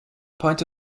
pint